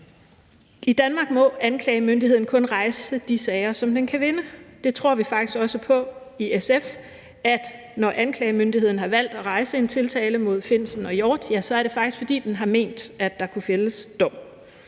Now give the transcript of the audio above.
I Danmark må anklagemyndigheden kun rejse de sager, som den kan vinde, og i SF tror vi faktisk også på, at når anklagemyndigheden har valgt at rejse en tiltale mod Lars Findsen og Claus Hjort Frederiksen, er det faktisk, fordi den har ment, at der kunne fældes dom.